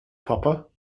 proper